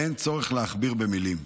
ואין צורך להכביר מילים.